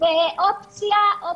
אופציה נוספת,